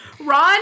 Ron